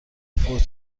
فوت